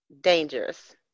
Dangerous